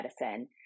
medicine